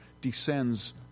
descends